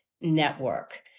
Network